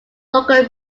local